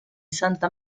santa